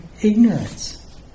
ignorance